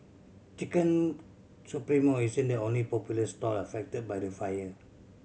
Chicken Supremo isn't the only popular stall affected by the fire